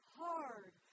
hard